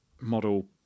model